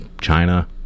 China